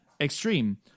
extreme